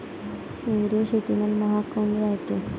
सेंद्रिय शेतीमाल महाग काऊन रायते?